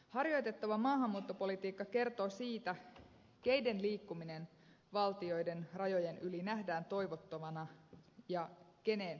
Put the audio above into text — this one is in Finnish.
harjoitettava maahanmuuttopolitiikka kertoo siitä keiden liikkuminen valtioiden rajojen yli nähdään toivottavana ja keiden ongelmana